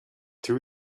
two